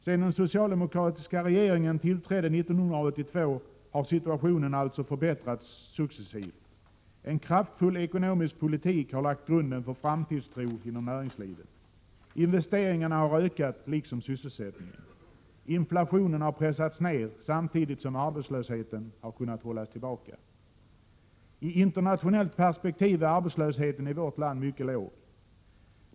Sedan den socialdemokratiska regeringen tillträdde 1982 har situationen alltså förbättrats successivt. En kraftfull ekonomisk politik har lagt grunden för framtidstro inom näringslivet. Investeringarna har ökat liksom sysselsättningen. Inflationen har pressats ned, samtidigt som arbetslösheten har kunnat hållas tillbaka. I internationellt perspektiv är arbetslösheten i vårt land mycket låg.